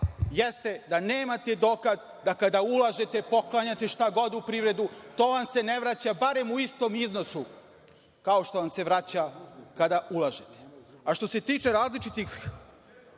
jeste da nemate dokaz da kada ulažete poklanjate šta god u privredu, to vam se ne vraća, barem u istom iznosu, kao što vam se vraća kada ulažete. Što se tiče različitih